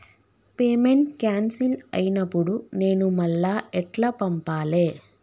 Payment cancel అయినపుడు నేను మళ్ళా ఎట్ల పంపాలే?